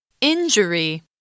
Injury